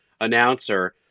announcer